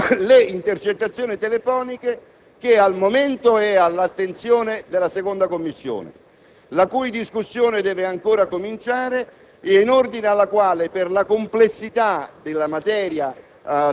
le intercettazioni telefoniche, che al momento è all'attenzione della 2a Commissione, la cui discussione deve ancora cominciare e in ordine alla quale, per la complessità della materia